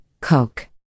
Coke